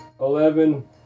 eleven